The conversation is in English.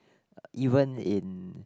even in